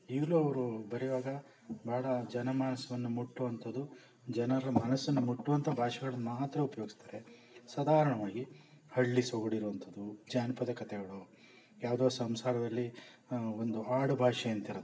ಈಗಲೂ ಅವರು ಬರೆಯುವಾಗ ಭಾಳ ಜನಮಾನಸವನ್ನು ಮುಟ್ಟುವಂಥದು ಜನರ ಮನಸ್ಸನ್ನು ಮುಟ್ಟುವಂಥ ಭಾಷೆಗಳನ್ನು ಮಾತ್ರ ಉಪಯೋಗ್ಸ್ತಾರೆ ಸಾದಾರ್ಣವಾಗಿ ಹಳ್ಳಿ ಸೊಗಡಿರೋ ಅಂಥದು ಜಾನಪದ ಕತೆಗಳು ಯಾವುದೊ ಸಂಸಾರದಲ್ಲಿ ಒಂದು ಆಡುಭಾಷೆ ಅಂತಿರತ್ತೆ